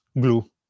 glue